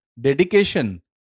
dedication